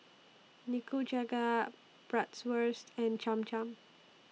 Nikujaga Bratwurst and Cham Cham